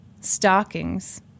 stockings